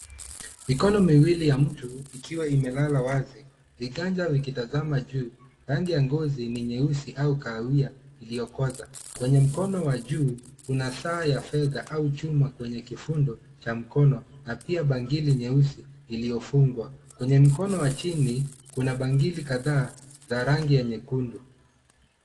Mikono miwili ya mtu, ikiwa imelala wazi, viganja vikitazama juu. Rangi ya ngozi ni nyeusi au kahawia iliyokoza. Kwenye mkono wa juu, kuna saa ya fedha au chuma kwenye kifundo cha mkono na pia bangili nyeusi iliyofungwa. Kwenye mkono wa chini, kuna bangili kadhaa za rangi ya nyekundu.